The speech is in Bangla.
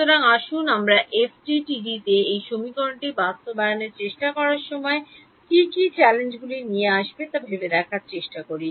সুতরাং আসুন আমরা এফডিটিডি তে এই সমীকরণটি বাস্তবায়নের চেষ্টা করার সময় কী কী চ্যালেঞ্জগুলি আসবে তা ভেবে দেখার চেষ্টা করি